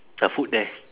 the food there